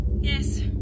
Yes